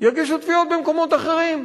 יגישו תביעות במקומות אחרים.